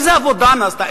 איזו עבודה נעשתה?